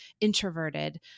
introverted